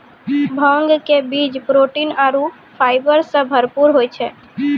भांग के बीज प्रोटीन आरो फाइबर सॅ भरपूर होय छै